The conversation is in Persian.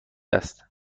است